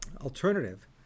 alternative